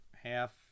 half